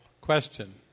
question